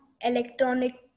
electronic